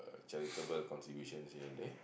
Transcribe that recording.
charitable contributions here and there